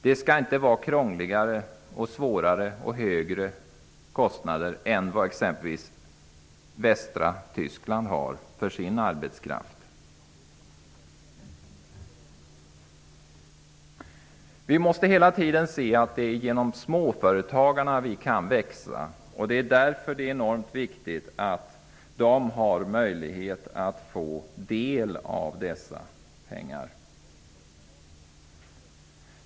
Det skall inte vara krångliga och svårare och medföra större kostnader än t.ex. västra Tyskland har för sin arbetskraft. Vi måste hela tiden inse att det är genom småföretagarna som vi kan växa. Därför är det enormt viktigt att de kan få del av dessa pengar.